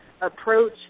approach